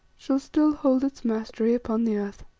shall still hold its mastery upon the earth.